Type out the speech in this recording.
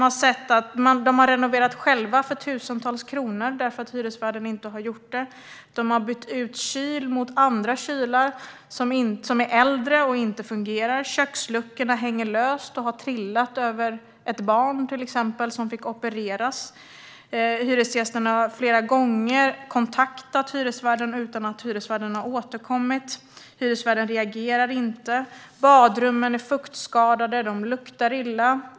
Hyresgästerna har renoverat själva för tusentals kronor därför att hyresvärden inte har gjort det. Man har bytt ut kylar mot kylar som är äldre och som inte fungerar. Köksluckor hänger löst och har till exempel fallit ned på ett barn, som fick opereras. Hyresgästerna har flera gånger kontaktat hyresvärden utan att hyresvärden har återkommit. Hyresvärden reagerar inte. Badrummen är fuktskadade och luktar illa.